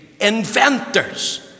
inventors